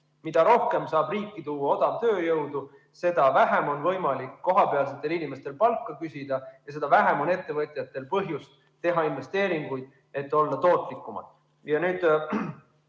mida rohkem saab riiki tuua odavtööjõudu, seda vähem on võimalik kohapealsetel inimestel palka küsida ja seda vähem on ettevõtjatel põhjust teha investeeringuid, et olla tootlikumad. Minu